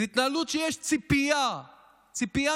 זו התנהלות שבה יש ציפייה מהעם